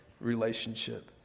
relationship